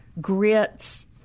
grits